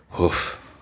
Oof